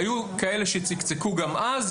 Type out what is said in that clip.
היו כאלה שצקצקו גם אז,